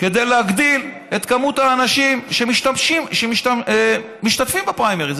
להגדיל את מספר האנשים שמשתתפים בפריימריז.